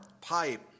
pipe